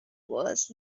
was